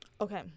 Okay